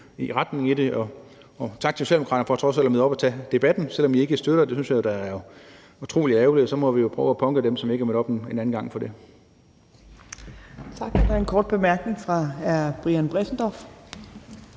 retningen i det, og tak til Socialdemokraterne for trods alt at møde op og tage debatten, selv om I ikke støtter det. Det synes jeg da er utrolig ærgerligt. Og så må vi jo prøve at punke dem, der ikke er mødt op, en anden gang for det.